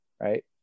right